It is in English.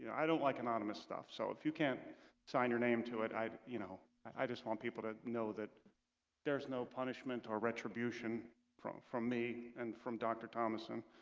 i don't like anonymous stuff so if you can't sign your name to it, i'd you know, i just want people to know that there's no punishment or retribution from from me and from dr. thomason